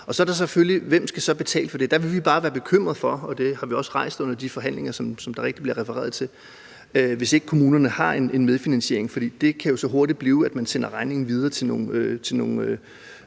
hvem skal så betale for det? Der vil vi bare være bekymrede – og det har vi også sagt under de forhandlinger, som der rigtigt bliver refereret til – hvis kommunerne ikke har en medfinansiering, for det kan jo så hurtigt blive til, at man via forsyningsselskaberne sender